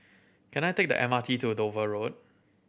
can I take the M R T to Dover Road